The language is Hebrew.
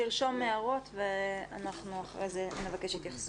לרשום הערות ואחרי זה אנחנו נבקש התייחסות.